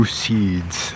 seeds